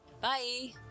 bye